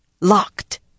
Locked